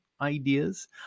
ideas